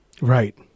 Right